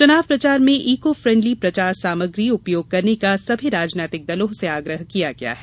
चुनाव प्रचार में ईको फ्रेन्डली प्रचार सामग्री उपयोग करने का सभी राजनैतिक दलों से आग्रह किया गया है